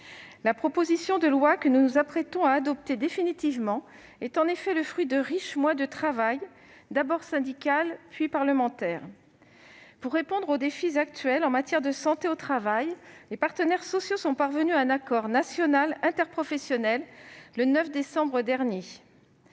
La proposition de loi que nous nous apprêtons à adopter est en effet le fruit de riches mois d'un travail d'abord syndical, puis parlementaire. Pour répondre aux défis actuels en matière de santé au travail, les partenaires sociaux sont parvenus à un accord national interprofessionnel le 9 décembre dernier.